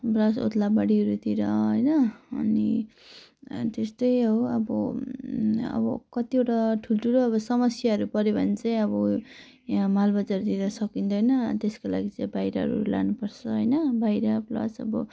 ओद्लाबाडीहरूतिर होइन अनि त्यस्तै हो अब अब कतिवटा ठुल्ठुलो अब समस्याहरू पऱ्यो भने चाहिँ अब यहाँ मालबजारतिर सकिँदैन त्यसको लागि चाहिँ बहिरहरू लानु पर्छ होइन बाहिर प्लस अब